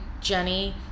jenny